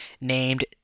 named